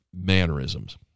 mannerisms